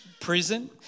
prison